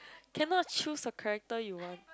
cannot choose the character you want